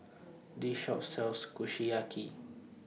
This Shop sells Kushiyaki